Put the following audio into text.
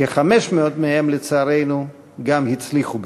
כ-500 מהם, לצערנו, גם הצליחו בכך.